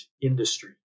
industry